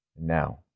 Now